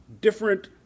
Different